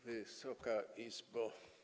Wysoka Izbo!